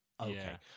Okay